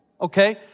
okay